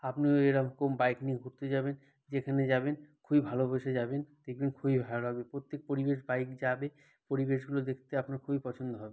আপনিও এরকম বাইক নিয়ে ঘুরতে যাবেন যেখানে যাবেন খুবই ভালোবেসে যাবেন দেখবেন খুবই ভালো লাগবে প্রত্যেক পরিবেশে বাইক যাবে পরিবেশগুলো দেখতে আপনার খুবই পছন্দ হবে